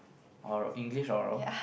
or English or